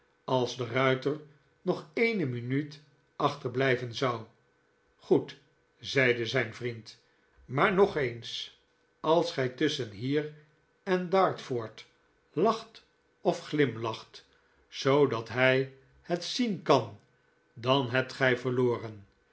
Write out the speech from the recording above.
als de ruiter nog eene minuut achterblijven zou goed zeide zijn vriend maar nog eens als gij tusschen hier en dartford lacht of een veemakelijke eit glimlacht zoo dat hij het zien kan dan hebt gij verloren